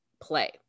play